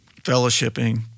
fellowshipping